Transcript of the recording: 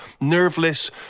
nerveless